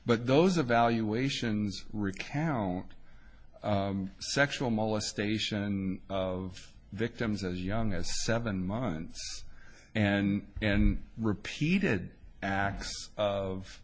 but those evaluations recount sexual molestation of victims as young as seven months and and repeated acts of